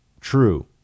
True